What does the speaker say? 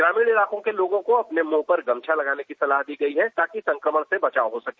ग्रामीण इलाके के लोगों को अपने मुंह पर गमछा लगाने की सलाह दी गई है ताकि संक्रमण से बचाव हो सके